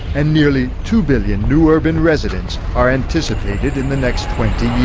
and nearly two billion new urban residents are anticipated in the next twenty